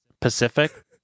pacific